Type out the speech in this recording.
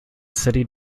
city